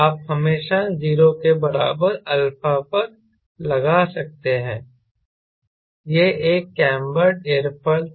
आप हमेशा 0 के बराबर अल्फा पर पता लगा सकते हैं यह एक कैंबर्ड एयरोफॉयल था